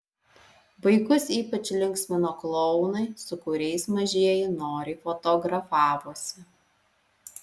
vaikus ypač linksmino klounai su kuriais mažieji noriai fotografavosi